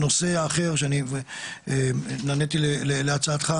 הנושא האחר שאני נעניתי להצעתך,